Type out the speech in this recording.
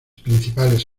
principales